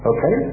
Okay